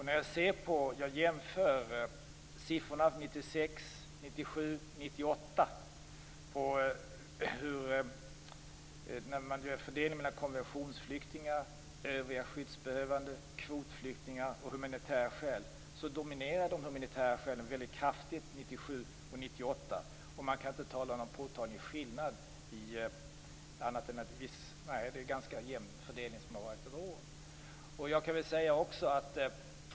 När jag jämför siffrorna för 1996, 1997 och 1998 när det gäller fördelningen mellan konventionsflyktingar, övriga skyddsbehövande, kvotflyktingar och humanitära skäl dominerar de humanitära skälen kraftigt 1997 och 1998. Man kan inte tala om någon påtaglig skillnad. Det är en ganska jämn fördelning över åren.